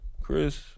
Chris